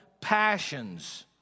passions